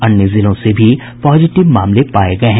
अन्य जिलों से भी पॉजिटिव मामले पाये गये हैं